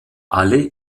alle